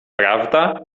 prawda